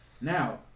Now